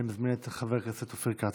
אני מזמין את חבר הכנסת אופיר כץ.